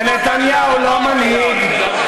ונתניהו לא מנהיג.